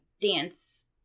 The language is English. dance